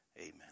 Amen